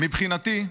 "מבחינתי,